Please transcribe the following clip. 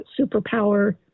superpower